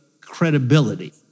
credibility